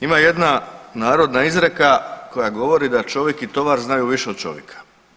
Ima jedna narodna izreka koja govori da čovjek i tovar znaju više od čovjeka.